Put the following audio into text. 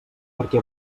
perquè